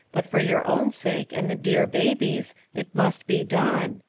but for your own sake and the dear baby's, it must be done.